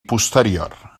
posterior